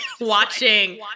watching